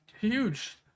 huge